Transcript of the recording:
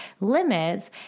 limits